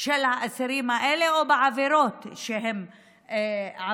של האסירים האלה או בעבירות שהם עברו.